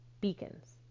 beacons